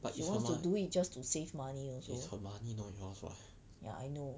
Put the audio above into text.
but is the money it's her money not yours what